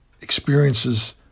Experiences